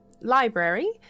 library